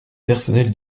personnel